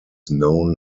known